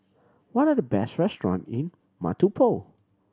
what are the best restaurant in